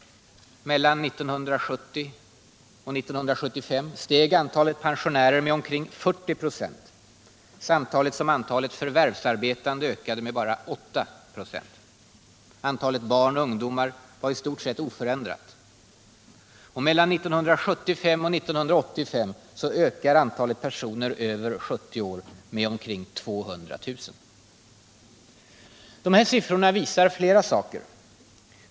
Mellan 1970 och 1975 steg antalet pensionärer med omkring 40 96 , samtidigt som antalet förvärvsarbetande ökade med bara 8 96. Antalet barn och ungdomar var i stort sett oförändrat. Mellan 1975 och 1985 ökar antalet personer över 70 år med ca 200 000. De här siffrorna visar flera saker.